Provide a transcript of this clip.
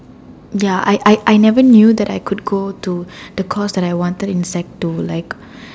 ya I I I never knew that I could go to the course that I wanted in sec two like